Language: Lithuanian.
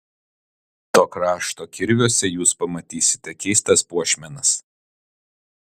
to krašto kirviuose jūs pamatysite keistas puošmenas